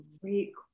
great